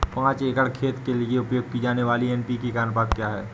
पाँच एकड़ खेत के लिए उपयोग की जाने वाली एन.पी.के का अनुपात क्या है?